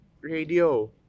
radio